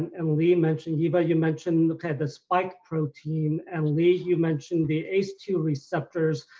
and lee mentioned. eva you mentioned looking at the spike protein, and lee you mentioned the ace two receptors.